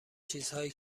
چیزهایی